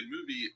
movie